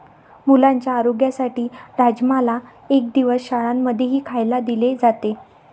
मुलांच्या आरोग्यासाठी राजमाला एक दिवस शाळां मध्येही खायला दिले जाते